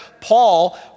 Paul